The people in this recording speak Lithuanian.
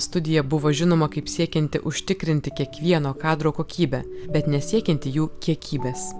studija buvo žinoma kaip siekianti užtikrinti kiekvieno kadro kokybę bet nesiekianti jų kiekybės